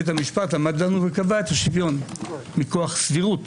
בית המשפט עמד לנו וקבע את השוויון מכוח סבירות